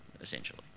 essentially